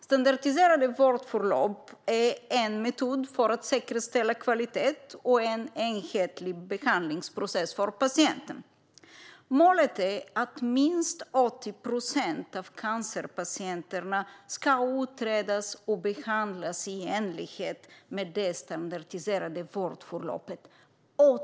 Standardiserade vårdförlopp är en metod för att säkerställa kvalitet och en enhetlig behandlingsprocess för patienten. Målet är att minst 80 procent av cancerpatienterna ska utredas och behandlas i enlighet med det standardiserade vårdförloppet.